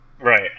right